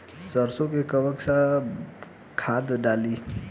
सरसो में कवन सा खाद डाली?